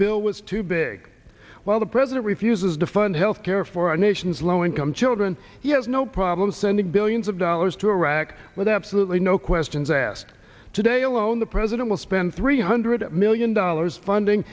bill was too big while the president refused to fund health care for our nation's low income children he has no problem sending billions of dollars to iraq with up salut leave no questions asked today alone the president will spend three hundred million dollars funding